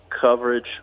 coverage